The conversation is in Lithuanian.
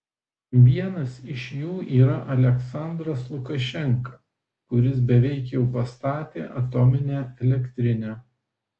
vienas iš jų yra aliaksandras lukašenka kuris beveik jau pastatė atominę elektrinę